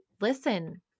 listen